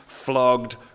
flogged